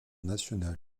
nationale